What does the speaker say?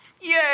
Yay